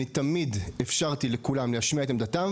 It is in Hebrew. תמיד אפשרתי לכולם להשמיע את עמדתם,